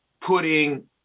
putting